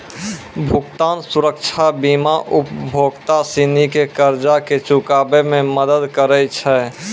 भुगतान सुरक्षा बीमा उपभोक्ता सिनी के कर्जा के चुकाबै मे मदद करै छै